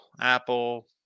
Apple